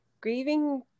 grieving